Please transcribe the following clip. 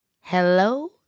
Hello